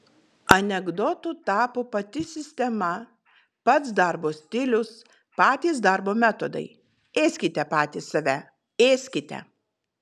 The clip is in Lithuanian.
anekdotu tapo pati sistema pats darbo stilius patys darbo metodai ėskite patys save ėskite